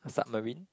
a submarine